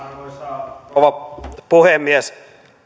arvoisa rouva puhemies